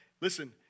listen